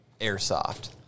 airsoft